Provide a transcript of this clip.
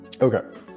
okay